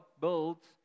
builds